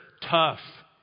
tough